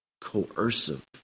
coercive